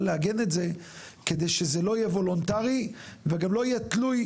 לעגן את זה כדי שזה לא יבוא לונטרי וגם לא יהיה תלוי